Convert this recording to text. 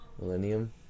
Millennium